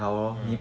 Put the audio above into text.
mm